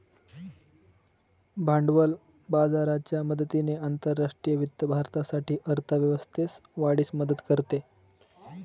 भांडवल बाजाराच्या मदतीने आंतरराष्ट्रीय वित्त भारतासाठी अर्थ व्यवस्थेस वाढीस मदत करते